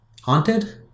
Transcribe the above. haunted